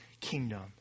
kingdom